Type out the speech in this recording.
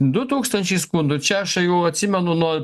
du tūkstančiai skundų čia aš jau atsimenu nuo